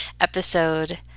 episode